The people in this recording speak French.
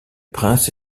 prince